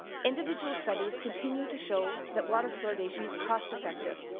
individual studies continue to show that water fluoridation is cost-effective.